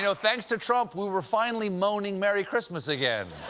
you know thanks to trump, we were finally moaning merry christmas again.